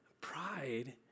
pride